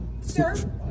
Sir